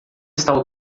está